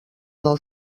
del